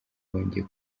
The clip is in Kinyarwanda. bongeye